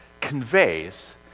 conveys